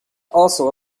also